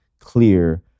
clear